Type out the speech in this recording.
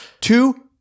Two